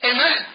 Amen